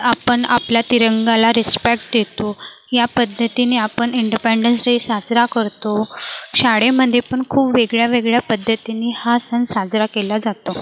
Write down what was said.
आपण आपल्या तिरंगाला रिस्पॅट देतो या पद्धतीने आपण इंडपेंडन्स डे साजरा करतो शाळेमध्ये पण खूप वेगळ्यावेगळ्या पद्धतीनी हा सण साजरा केला जातो